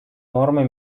нормы